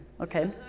Okay